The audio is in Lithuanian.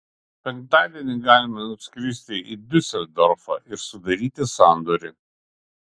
penktadienį galime nuskristi į diuseldorfą ir sudaryti sandorį